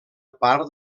part